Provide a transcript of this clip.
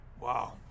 Wow